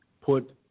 put